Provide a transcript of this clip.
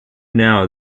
now